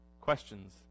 questions